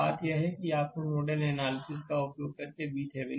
बात यह है कि आपको नोडल एनालिसिस का उपयोग करके VThevenin प्राप्त करना होगा